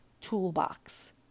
toolbox